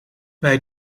wij